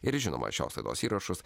ir žinoma šios laidos įrašus